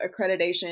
accreditation